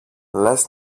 λες